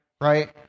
right